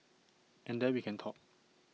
and then we can talk